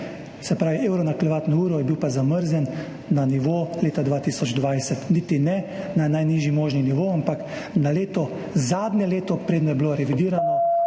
se pravi 1 evro na kilovatno uro, je bil pa zamrznjen na nivo leta 2020, niti ne na najnižji možni nivo, ampak na zadnje leto, preden so bili revidirani